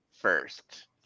first